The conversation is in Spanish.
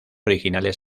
originales